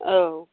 औ